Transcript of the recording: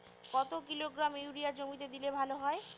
কত kilogram urea জমিতে দিলে ভালো হয়?